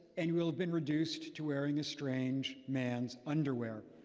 and you will have been reduced to wearing a strange man's underwear